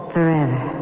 Forever